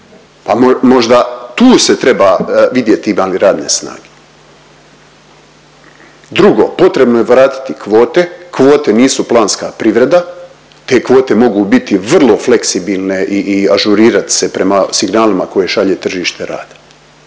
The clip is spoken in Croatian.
možda tu se treba vidjeti ima li radne snage. Drugo, potrebno je vratiti kvote, kvote nisu planska privreda, te kvote mogu biti vrlo fleksibilne i, i ažurirat se prema signalima koje šalje tržište rada